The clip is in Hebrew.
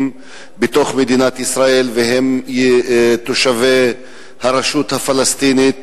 במדינת ישראל והם תושבי הרשות הפלסטינית,